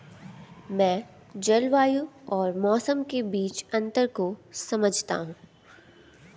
मैं जलवायु और मौसम के बीच अंतर को समझता हूं